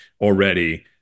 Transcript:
already